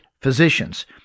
Physicians